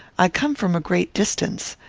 i come from a great distance.